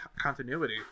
continuity